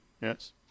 yes